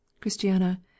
Christiana